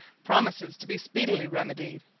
promises to be speedily remedied.